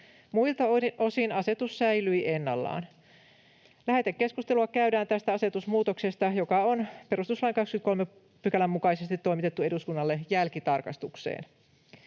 Muilta osin asetus säilyi ennallaan. Lähetekeskustelua käydään tästä asetusmuutoksesta, joka on perustuslain 23 §:n mukaisesti toimitettu eduskunnalle jälkitarkastukseen.